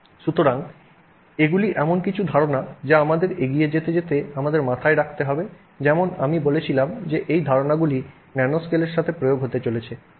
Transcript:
সুতরাং এগুলি এমন কিছু ধারণা যা আমরা এগিয়ে যেতে যেতে আমাদের মাথায় রাখতে হবে যেমন আমি বলেছিলাম যে এই ধারণাগুলি ন্যানোস্কেলের সাথে প্রয়োগ হতে চলেছে